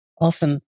often